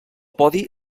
podi